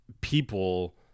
people